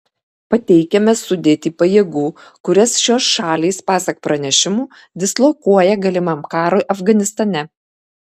pateikiame sudėtį pajėgų kurias šios šalys pasak pranešimų dislokuoja galimam karui afganistane